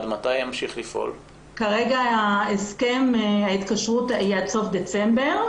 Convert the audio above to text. כרגע ההתקשרות היא עד סוף דצמבר.